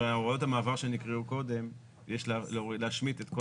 בהוראות המעבר שנקראו קודם יש להשמיט את כל